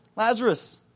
Lazarus